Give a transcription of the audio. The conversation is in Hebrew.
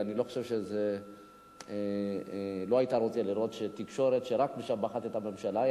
אני חושב שלא היית רוצה לראות תקשורת שרק משבחת את הממשלה,